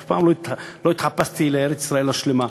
אף פעם לא התחפשתי לארץ-ישראל השלמה.